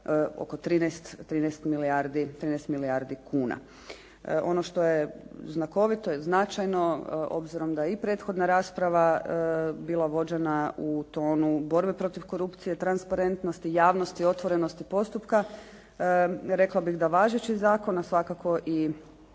oko 13 milijardi kuna. Ono što je znakovito i značajno, obzirom da je i prethodna rasprava bila vođena u tonu borbe protiv korupcije, transparentnosti, javnosti, otvorenosti postupka rekla bih da važeći zakon, a svakako i